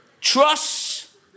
Trust